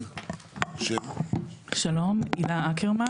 הילה אקרמן,